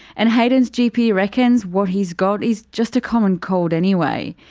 and hayden's gp reckons what he's got is just a common cold anyway.